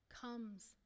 comes